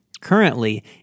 Currently